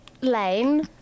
Lane